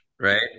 right